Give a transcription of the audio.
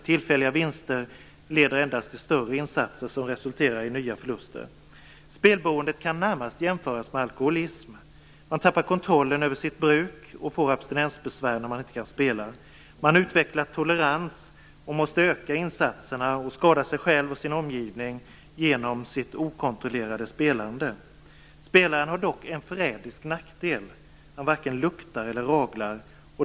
Tillfälliga vinster leder endast till större insatser, som resulterar i nya förluster. Spelberoendet kan närmast jämföras med alkoholism. Man tappar kontrollen över sitt bruk och får abstinensbesvär när man inte kan spela. Man utvecklar tolerans och måste öka insatserna, och man skadar sig själv och sin omgivning genom sitt okontrollerade spelande. Spelaren har dock en förrädisk nackdel; han varken luktar eller raglar.